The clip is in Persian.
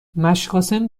مشقاسم